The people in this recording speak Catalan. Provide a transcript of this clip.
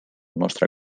nostre